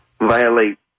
violate